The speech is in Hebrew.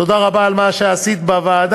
תודה רבה על מה שעשית בוועדה.